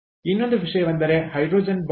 ಇನ್ನೊಂದು ವಿಷಯವೆಂದರೆ hydrogen bomb